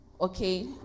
Okay